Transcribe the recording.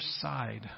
side